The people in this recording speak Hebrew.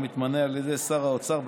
המתמנה על ידי שר האוצר,